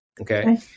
Okay